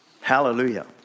hallelujah